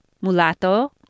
mulatto